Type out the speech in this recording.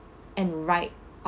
and write um